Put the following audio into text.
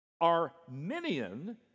Arminian